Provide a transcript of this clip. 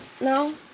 No